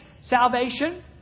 salvation